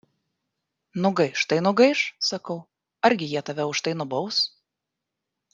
nugaiš tai nugaiš sakau argi jie tave už tai nubaus